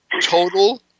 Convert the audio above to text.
Total